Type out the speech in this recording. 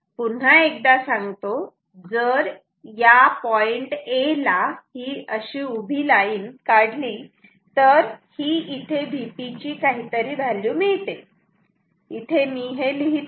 पुन्हा एकदा सांगतो जर या पॉईंट A ला ही अशी उभी लाईन काढली तर ही इथे Vp ची काहीतरी व्हॅल्यू मिळते इथे मी हे लिहितो